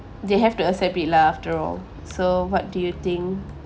they have to accept it lah after all so what do you think